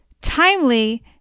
timely